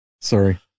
sorry